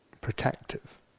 Protective